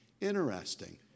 Interesting